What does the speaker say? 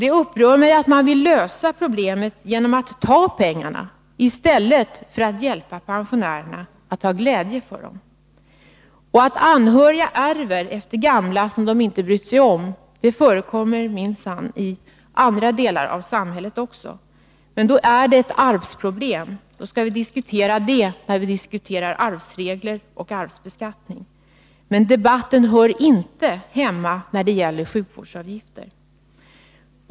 Det upprör mig att man vill lösa problemet genom att ta pengarna i stället för att hjälpa pensionärerna att ha glädje för dem! Och det förekommer minsann i andra sammanhang i samhället att anhöriga ärver de gamla som de inte har brytt sig om. Men då är det arvsproblem, och vi skall diskutera det när vi diskuterar arvsregler och arvsbeskattning. Den diskussionen hör inte hemma i debatten om sjukvårdsavgifter.